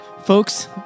Folks